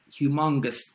humongous